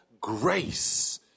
grace